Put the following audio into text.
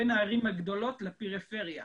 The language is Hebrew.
בין הערים הגדולות לפריפריה.